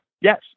Yes